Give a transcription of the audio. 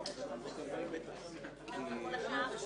בשעה 12:35.